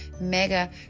mega